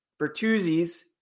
Bertuzzi's